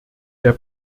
der